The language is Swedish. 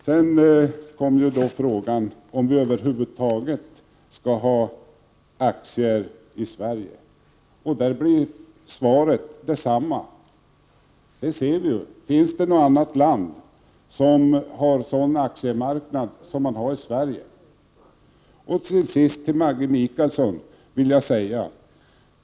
Sedan kommer frågan om vi över huvud taget skall ha aktier i Sverige. Svaret blir detsamma. Det ser vi ju. Finns det något annat land som har en sådan aktiemarknad som vi har i Sverige? Till sist vill jag säga följande till Maggi Mikaelsson.